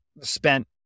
spent